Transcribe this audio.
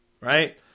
Right